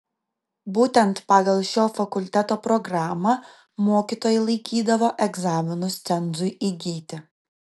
būtent pagal šio fakulteto programą mokytojai laikydavo egzaminus cenzui įgyti